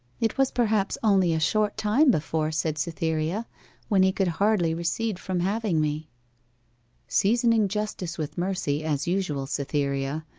it was perhaps only a short time before said cytherea when he could hardly recede from having me seasoning justice with mercy as usual, cytherea.